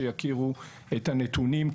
כדי שיכירו את הנתונים,